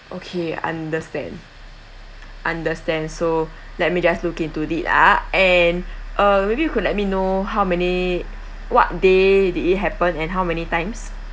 okay understand understand so let me just look into it ah and uh maybe you could let me know how many what they did it happen and how many times